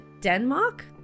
Denmark